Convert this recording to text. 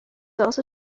also